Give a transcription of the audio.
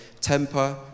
temper